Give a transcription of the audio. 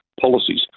policies